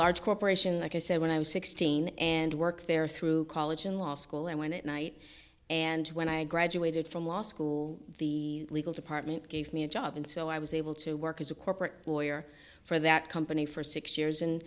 large corporation like i said when i was sixteen and worked there through college and law school i went at night and when i graduated from law school the legal department gave me a job and so i was able to work as a corporate lawyer for that company for six years and